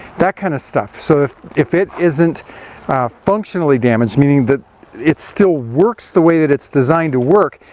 that kind of stuff. so if, if it isn't functionally damaged, meaning that it still works the way that it's designed to work,